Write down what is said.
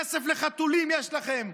כסף לחתולים יש לכם,